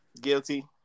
Guilty